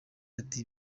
ati